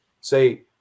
say